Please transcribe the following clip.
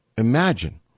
imagine